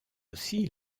aussi